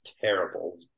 terrible